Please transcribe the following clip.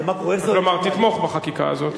כלומר תתמוך בחקיקה הזאת.